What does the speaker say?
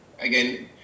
again